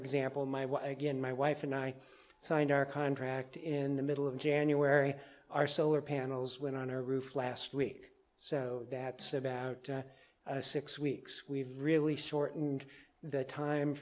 example my wagon my wife and i signed our contract in the middle of january our solar panels went on our roof last week so that say about a six weeks we've really sort and that time